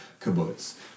kibbutz